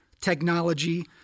technology